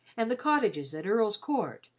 and the cottages at earl's court,